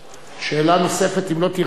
שאלה נוספת, אם לא תירשם.